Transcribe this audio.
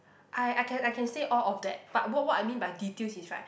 I I can I can say all of that but what what I mean by details is right